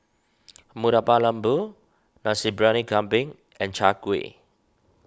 Murtabak Lembu Nasi Briyani Kambing and Chai Kueh